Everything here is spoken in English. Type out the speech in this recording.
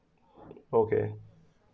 okay